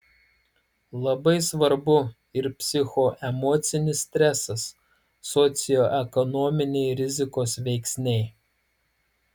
labai svarbu ir psichoemocinis stresas socioekonominiai rizikos veiksniai